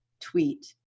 tweet